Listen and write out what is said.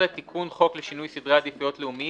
"תיקון חוקלשינוי סדרי עדיפויות לאומיים